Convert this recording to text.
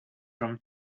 from